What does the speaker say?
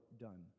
done